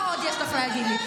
מה עוד יש לך להגיד לי?